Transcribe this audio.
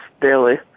daily